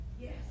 Yes